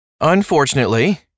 Unfortunately